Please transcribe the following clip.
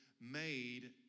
made